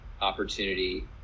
opportunity